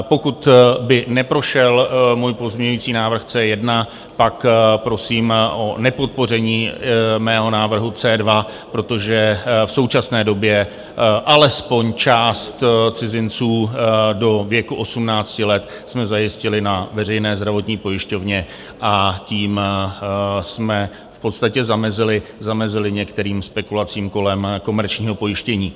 Pokud by neprošel můj pozměňovací návrh C1, pak prosím o nepodpoření mého návrhu C2, protože v současné době alespoň část cizinců do věku 18 let jsme zajistili na veřejné zdravotní pojišťovně, a tím jsme v podstatě zamezili některým spekulacím kolem komerčního pojištění.